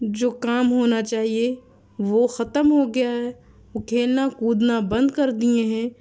جو کام ہونا چاہیے وہ ختم ہو گیا ہے وہ کھیلنا کودنا بند کر دیے ہیں